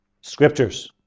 scriptures